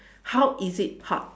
how is it hard